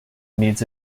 needs